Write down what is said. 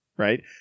right